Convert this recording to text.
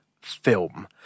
film